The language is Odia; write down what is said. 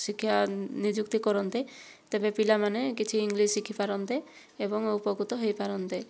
ଶିକ୍ଷା ନିଯୁକ୍ତି କରନ୍ତେ ତେବେ ପିଲାମାନେ କିଛି ଇଂଲିଶ ଶିଖିପାରନ୍ତେ ଏବଂ ଉପକୃତ ହୋଇପାରନ୍ତେ